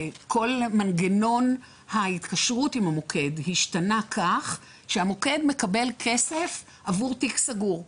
כל מנגנון ההתקשרות עם המוקד השתנה כך שהמוקד מקבל כסף עבור תיק סגור.